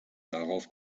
darauf